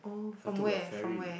I took a ferry